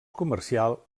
comercial